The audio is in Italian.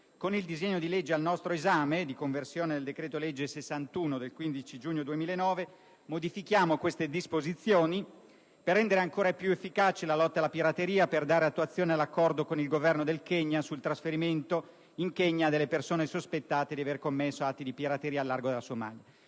Con il disegno di legge al nostro esame, di conversione del decreto-legge n. 61 del 15 giugno 2009, modifichiamo queste disposizioni per rendere ancora più efficace la lotta alla pirateria e dare attuazione all'accordo con il Governo del Kenya sul trasferimento in quel Paese delle persone sospettate di aver commesso atti di pirateria a largo della Somalia.